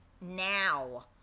now